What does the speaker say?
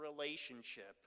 relationship